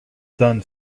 done